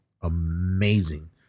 amazing